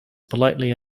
politely